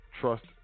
trust